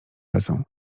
lecą